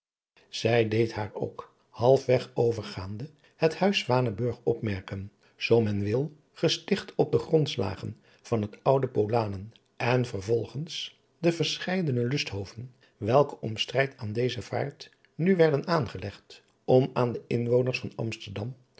zij deed haar ook halfweg overgaande het huis zwanenburg opmerken zoo men wil gesticht op de grondslagen van het oude polanen en vervolgens de verscheidene lusthoven welke om strijd aan deze vaart nu werden aangelegd om aan de inwoners van amsterdam